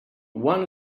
one